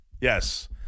Yes